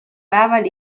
päeval